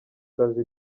kazi